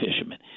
fishermen